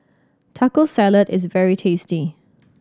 Taco Salad is very tasty